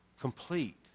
complete